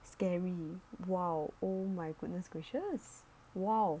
scary !wow! oh my goodness gracious !wow!